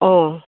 অঁ